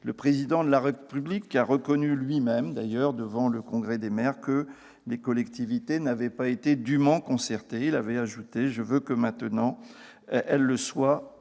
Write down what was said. Le Président de la République a reconnu lui-même, devant le congrès des maires, que les collectivités n'avaient pas été « dûment concertées ». Il avait ajouté vouloir maintenant qu'elles le soient